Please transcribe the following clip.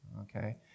okay